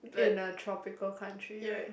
in a tropical country right